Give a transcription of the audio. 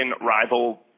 rival